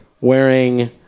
Wearing